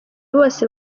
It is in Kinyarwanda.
bose